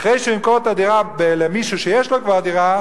אחרי שהוא ימכור את הדירה למישהו שיש לו כבר דירה,